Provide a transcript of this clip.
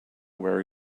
where